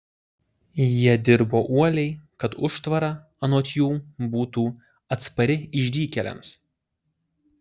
jie dirbo uoliai kad užtvara anot jų būtų atspari išdykėliams